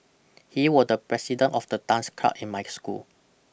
he was the president of the dance club in my school